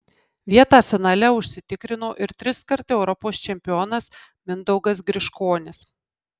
vietą finale užsitikrino ir triskart europos čempionas mindaugas griškonis